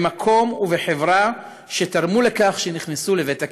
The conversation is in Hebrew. במקום, ובחברה שתרמו לכך שנכנסו לבית הכלא.